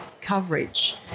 coverage